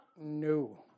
no